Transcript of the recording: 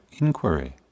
inquiry